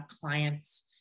clients